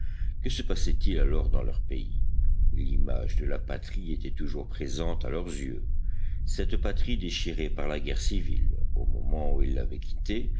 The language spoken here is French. que se passaitil alors dans leur pays l'image de la patrie était toujours présente à leurs yeux cette patrie déchirée par la guerre civile au moment où ils l'avaient quittée